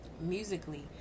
musically